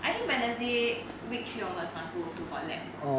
I think wednesday week three onwards must go also got lab